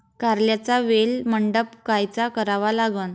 कारल्याचा वेल मंडप कायचा करावा लागन?